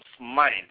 mind